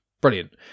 brilliant